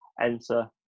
enter